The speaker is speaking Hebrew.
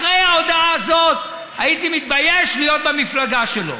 אחרי ההודעה הזאת הייתי מתבייש להיות במפלגה שלו.